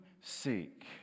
seek